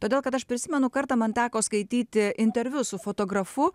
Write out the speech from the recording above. todėl kad aš prisimenu kartą man teko skaityti interviu su fotografu